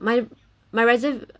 my my reservation